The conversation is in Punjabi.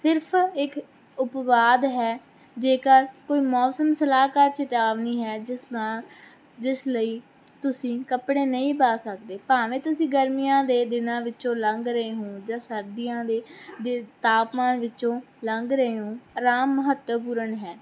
ਸਿਰਫ ਇੱਕ ਉਪਵਾਦ ਹੈ ਜੇਕਰ ਕੋਈ ਮੌਸਮ ਸਲਾਹਕਾਰ ਚੇਤਾਵਨੀ ਹੈ ਜਿਸ ਨਾਸ ਜਿਸ ਲਈ ਤੁਸੀਂ ਕੱਪੜੇ ਨਹੀਂ ਪਾ ਸਕਦੇ ਭਾਵੇਂ ਤੁਸੀਂ ਗਰਮੀਆਂ ਦੇ ਦਿਨਾਂ ਵਿੱਚੋਂ ਲੰਘ ਰਹੇ ਹੋ ਜਾਂ ਸਰਦੀਆਂ ਦੇ ਦੇ ਤਾਪਮਾਨ ਵਿੱਚੋਂ ਲੰਘ ਰਹੇ ਹੋ ਅਰਾਮ ਮਹੱਤਵਪੂਰਨ ਹੈ